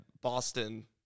Boston